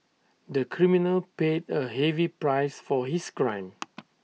the criminal paid A heavy price for his crime